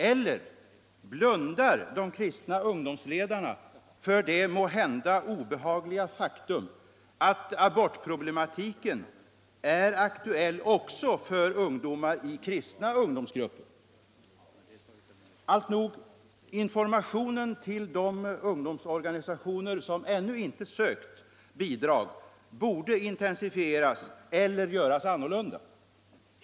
Eller blundar de kristna ungdomsledarna för det måhända obehagliga faktum att abortproblematiken är aktuell också för ungdomar i kristna ungdomsgrupper? Alltnog, informationen till de ungdomsorganisationer som ännu inte sökt bidrag borde intensifieras eller göras annorlunda.